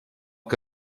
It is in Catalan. que